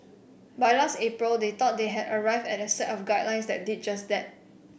by last April they thought they had arrived at a set of guidelines that did just that